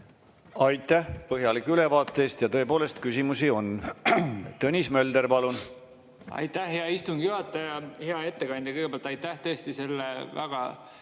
Aitäh põhjaliku ülevaate eest! Ja tõepoolest, küsimusi on. Tõnis Mölder, palun! Aitäh, hea istungi juhataja! Hea ettekandja! Kõigepealt aitäh tõesti selle väga